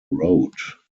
road